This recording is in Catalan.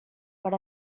per